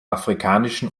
afrikanischen